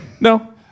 No